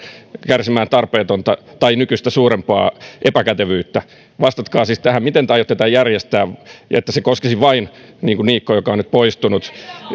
kärsimään tarpeetonta tai nykyistä suurempaa epäkätevyyttä vastatkaa siis tähän miten te aiotte tämän järjestää että se koskisi niin kuin niikko joka on nyt poistunut totesi vain